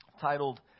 titled